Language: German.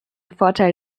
vorteil